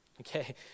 Okay